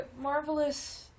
marvelous